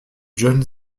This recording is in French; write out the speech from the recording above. john